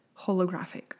holographic